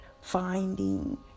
finding